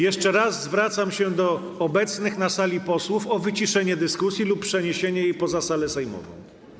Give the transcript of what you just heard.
Jeszcze raz zwracam się do obecnych na sali posłów o wyciszenie dyskusji lub przeniesienie jej poza salę sejmową.